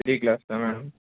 three గ్లాస్ల madam